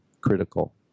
critical